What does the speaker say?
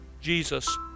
Jesus